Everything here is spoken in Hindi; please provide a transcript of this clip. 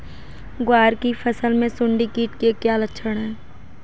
ग्वार की फसल में सुंडी कीट के क्या लक्षण है?